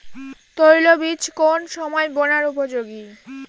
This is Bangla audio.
তৈল বীজ কোন সময় বোনার উপযোগী?